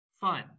Fun